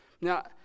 Now